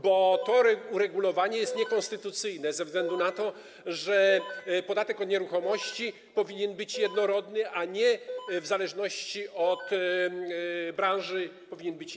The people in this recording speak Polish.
Bo to uregulowanie jest niekonstytucyjne ze względu na to, że podatek od nieruchomości powinien być jednorodny, a nie, w zależności od branży, powinien być inny.